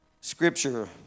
scripture